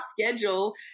schedule